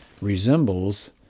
resembles